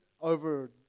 over